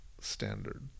standard